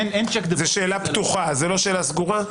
זו שאלה פתוחה לא שאלה סגורה?